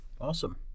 Awesome